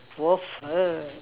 waffle